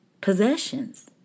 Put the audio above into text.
possessions